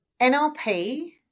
NLP